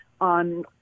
on